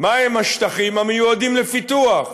מהם השטחים המיועדים לפיתוח,